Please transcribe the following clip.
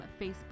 Facebook